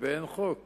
ובאין חוק